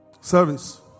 service